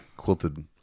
Quilted